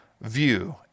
view